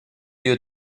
you